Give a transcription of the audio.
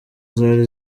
zari